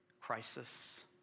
crisis